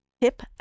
Tip